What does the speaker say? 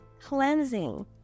cleansing